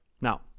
Now